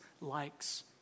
likes